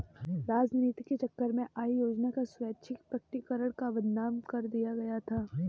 राजनीति के चक्कर में आय योजना का स्वैच्छिक प्रकटीकरण को बदनाम कर दिया गया था